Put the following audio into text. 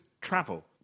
travel